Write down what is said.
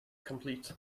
complete